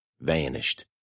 vanished